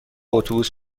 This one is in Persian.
اتوبوس